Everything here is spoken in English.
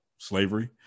Slavery